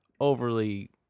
overly